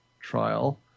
trial